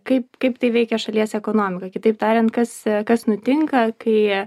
kaip kaip tai veikia šalies ekonomiką kitaip tariant kas kas nutinka kai